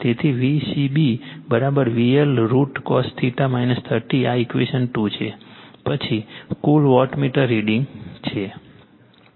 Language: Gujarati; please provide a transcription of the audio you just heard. તેથી Vcb VL IL cos 30o આ ઇક્વેશન 2 છે પછી કુલ વોટમીટર રીડિંગ છે